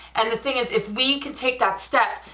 and the thing is if we could take that step,